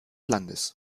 landes